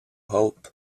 hope